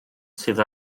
sydd